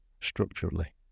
structurally